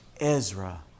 Ezra